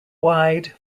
wide